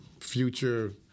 future